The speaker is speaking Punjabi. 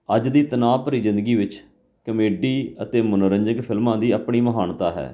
ਅੱਜ ਦੀ ਤਨਾਵ ਭਰੀ ਜ਼ਿੰਦਗੀ ਵਿੱਚ ਕਮੇਡੀ ਅਤੇ ਮੰਨੋਰੰਜਕ ਫਿਲਮਾਂ ਦੀ ਆਪਣੀ ਮਹਾਨਤਾ ਹੈ